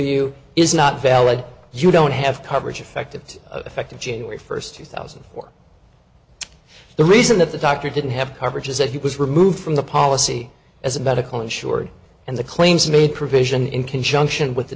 you is not valid you don't have coverage effective effect of january first two thousand and four the reason that the doctor didn't have coverage is that he was removed from the policy as a medical insured and the claims made provision in conjunction with the